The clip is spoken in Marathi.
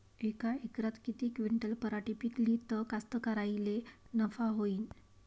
यका एकरात किती क्विंटल पराटी पिकली त कास्तकाराइले नफा होईन?